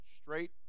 straight